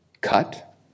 cut